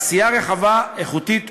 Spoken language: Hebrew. עשייה רחבה, איכותית ומשמעותית.